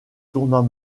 tournant